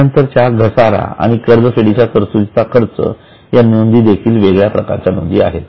यानंतरच्या घसारा आणि कर्जफेडीच्या तरतुदीचा खर्च या नोंदी देखील वेगळ्या प्रकारच्या नोंदी आहेत